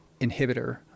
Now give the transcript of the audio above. inhibitor